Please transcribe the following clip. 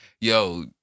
Yo